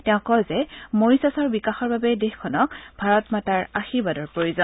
তেওঁ কয় যে মৰিচাচৰ বিকাশৰ বাবে দেশখনক ভাৰত মাতাৰ আশীৰ্বাদৰ প্ৰয়োজন